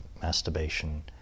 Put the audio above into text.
masturbation